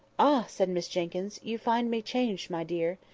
ah! said miss jenkyns, you find me changed, my dear.